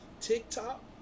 TikTok